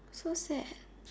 so sad